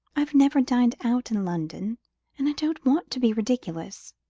i've never dined out in london and i don't want to be ridiculous.